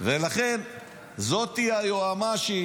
לכן זאת היועמ"שית